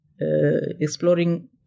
exploring